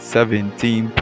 Seventeen